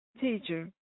teacher